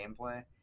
gameplay